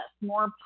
more